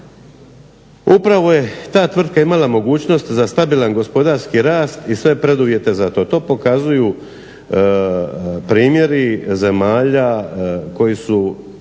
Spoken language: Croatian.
Upravo je ta tvrtka imala mogućnost za stabilan gospodarski rast i sve preduvjete za to. To pokazuju primjeri zemalja koje su